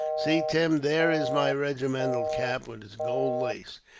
see, tim, there is my regimental cap, with its gold lace.